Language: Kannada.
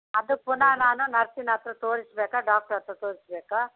ಅದು ಪುನಃ ನಾನು ನರ್ಸಿನ ಹತ್ರ ತೋರಿಸಬೇಕಾ ಡಾಕ್ಟ್ರ್ ಹತ್ರ ತೋರಿಸಬೇಕಾ